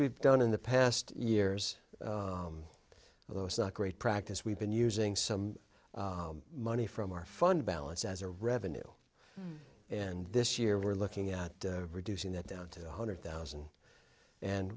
we've done in the past years though it's not great practice we've been using some money from our fund balance as a revenue and this year we're looking at reducing that down to one hundred thousand and